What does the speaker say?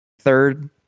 third